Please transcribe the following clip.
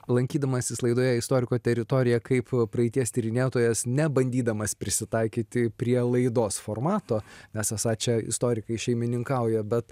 lankydamasis laidoje istoriko teritorija kaip praeities tyrinėtojas ne bandydamas prisitaikyti prie laidos formato nes esą čia istorikai šeimininkauja bet